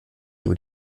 über